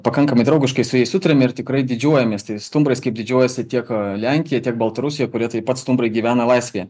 pakankamai draugiškai su jais sutariam ir tikrai didžiuojamės stumbrais kaip didžiuojasi tiek lenkija tiek baltarusija kurie taip pat stumbrai gyvena laisvėje